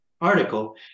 article